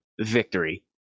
victory